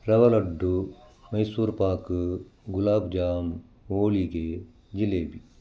ರವೆ ಲಡ್ಡು ಮೈಸೂರು ಪಾಕ ಗುಲಾಬ್ ಜಾಮ್ ಹೋಳಿಗೆ ಜಿಲೇಬಿ